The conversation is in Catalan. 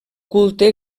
culte